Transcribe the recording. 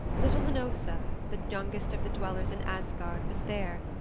little hnossa, the youngest of the dwellers in asgard, was there,